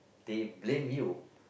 they blame you